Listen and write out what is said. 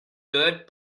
good